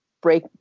break